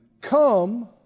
Come